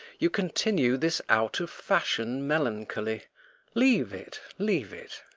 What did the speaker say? you continue this out-of-fashion melancholy leave it, leave it.